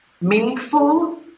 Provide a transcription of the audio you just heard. meaningful